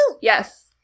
Yes